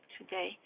today